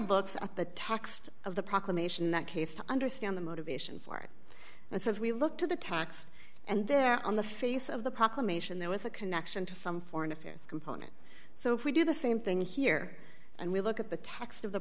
looks at the text of the proclamation in that case to understand the motivation for it says we look to the text and there on the face of the proclamation there was a connection to some foreign affairs component so if we do the same thing here and we look at the text of the